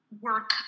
work